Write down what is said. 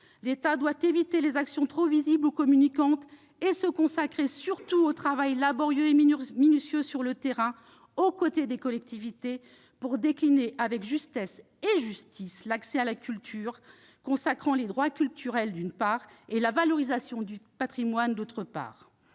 L'État doit éviter les actions trop visibles ou communicantes et se consacrer surtout au travail laborieux et minutieux sur le terrain, aux côtés des collectivités, pour décliner avec justesse et justice l'accès à la culture, consacrant les droits culturels, d'une part, et la valorisation du patrimoine, de l'autre.